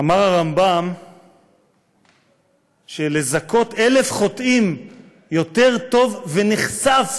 אמר הרמב"ם שלזכות אלף חוטאים יותר טוב ונכסף